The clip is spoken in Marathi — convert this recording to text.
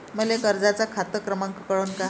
मले कर्जाचा खात क्रमांक कळन का?